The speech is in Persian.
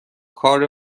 کار